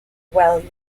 well